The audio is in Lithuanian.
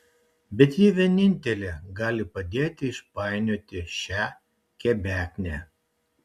bet ji vienintelė gali padėti išpainioti šią kebeknę